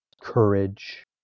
courage